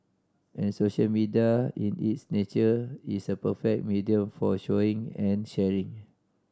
and social media in its nature is a perfect medium for showing and sharing